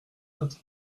quatre